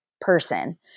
person